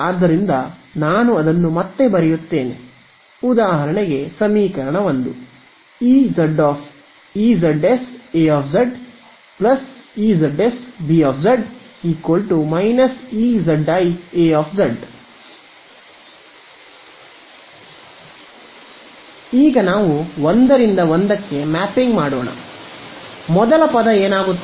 ಆದ್ದರಿಂದ ನಾನು ಅದನ್ನು ಮತ್ತೆ ಬರೆಯುತ್ತೇನೆ ಉದಾಹರಣೆಗೆ ಸಮೀಕರಣ ೧ EzsAEzsB−EziA −LA2∫ LA2IAz'Kzz'dz' −LB2 ∫LB2IBz"Kzz"dz"0 z∈B ಈಗ ನಾವು ಒಂದರಿಂದ ಒಂದಕ್ಕೆ ಮ್ಯಾಪಿಂಗ್ ಮಾಡೋಣ ಮೊದಲ ಪದ ಏನಾಗುತ್ತದೆ